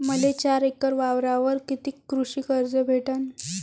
मले चार एकर वावरावर कितीक कृषी कर्ज भेटन?